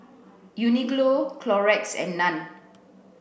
Uniqlo Clorox and Nan